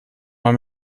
mal